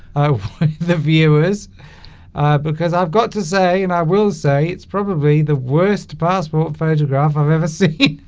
oh the viewers because i've got to say and i will say it's probably the worst passport photograph i've ever seen